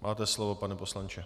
Máte slovo, pane poslanče.